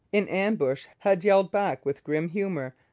in ambush, had yelled back with grim humour,